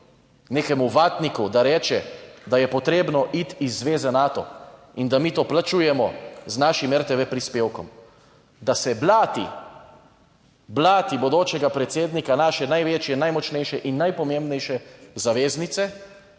nekemu ovatniku, da reče, da je potrebno iti iz Zveze Nato in da mi to plačujemo z našim RTV prispevkom, da se blati, blati bodočega predsednika naše največje, najmočnejše in najpomembnejše zaveznice